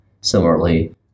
Similarly